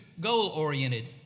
goal-oriented